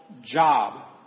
job